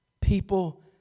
people